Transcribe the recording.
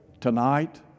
tonight